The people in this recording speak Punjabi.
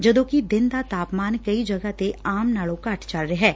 ਜਦੋ ਕਿ ਦਿਨ ਦਾ ਤਾਪਮਾਨ ਕਈ ਜਗਾ ਤੇ ਆਮ ਨਾਲੋ ਘੱਟ ਚੱਲ ਰਿਹੈ